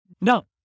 No